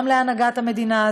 גם על הנהגת המדינה.